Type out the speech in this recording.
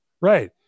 Right